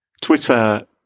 Twitter